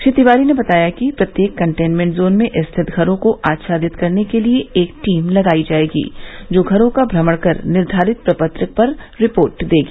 श्री तिवारी ने बताया कि प्रत्येक कंटेनमेंट जोन में स्थित घरों को अच्छादित करने के लिये एक टीम लगाई जायेगी जो घरों का भ्रमण कर निर्धारित प्रपत्र पर रिपोर्ट देगी